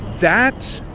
that,